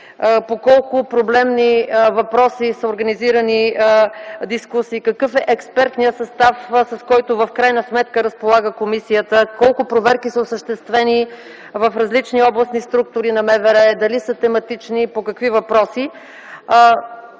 по колко проблемни въпроси са организирани дискусии, какъв е експертният състав, с който в крайна сметка разполага комисията, колко проверки са осъществени в различни областни структури на Министерството на вътрешните